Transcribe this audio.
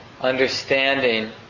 understanding